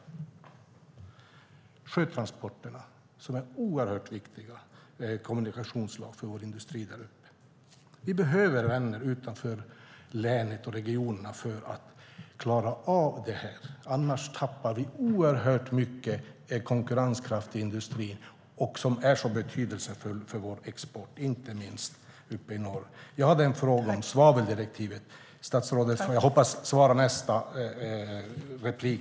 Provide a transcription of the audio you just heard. Och sjötransporterna är oerhört viktiga för vår industri där uppe. Vi behöver vänner utanför länet och regionen för att klara av detta. Annars tappar vi mycket av industrins konkurrenskraft - inte minst uppe i norr - som är så betydelsefull för Sveriges export. Jag hade en fråga om svaveldirektivet. Jag hoppas att statsrådet svarar i sitt nästa inlägg.